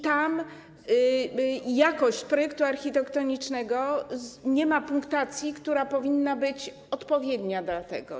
Tam jakość projektu architektonicznego nie ma punktacji, która powinna być odpowiednia do tego.